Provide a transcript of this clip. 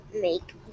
make